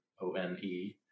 O-N-E